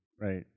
Right